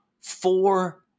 four